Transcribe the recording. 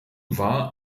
war